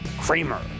Kramer